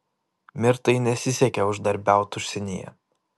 mirtai nesisekė uždarbiaut užsienyje